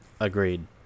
Agreed